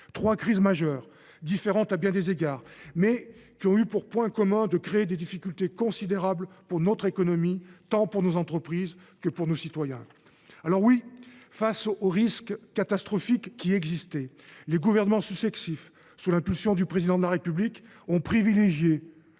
trois crises majeures, différentes à bien des égards, mais qui ont eu pour point commun de créer des difficultés considérables pour notre économie, tant pour nos entreprises que pour nos concitoyens. Alors oui, face aux risques catastrophiques qui existaient, les gouvernements successifs, sous l’impulsion du Président de la République, ont privilégié